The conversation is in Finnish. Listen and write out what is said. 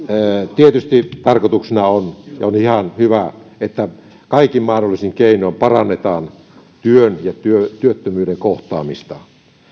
tietysti tarkoituksena on ja on ihan hyvä että kaikin mahdollisin keinoin parannetaan työn ja työttömyyden kohtaamista